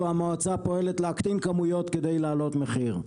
המועצה פועלת להקטין כמויות כדי להעלות מחיר.